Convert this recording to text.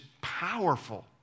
powerful